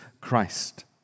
Christ